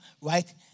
right